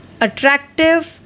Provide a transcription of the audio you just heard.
attractive